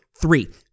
three